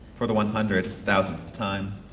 for the one hundred thousandth time.